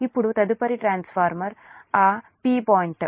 ఇప్పుడు తదుపరిది ట్రాన్స్ఫార్మర్ ఆ పి పాయింట్